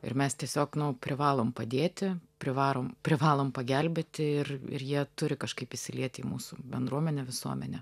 ir mes tiesiog nu privalom padėti privarom privalom pagelbėti ir ir jie turi kažkaip įsilieti į mūsų bendruomenę visuomenę